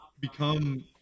become